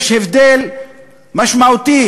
יש הבדל משמעותי